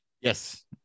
Yes